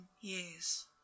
years